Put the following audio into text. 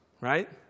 right